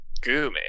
Goo-man